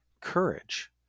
courage